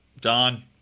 Don